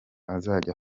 azajya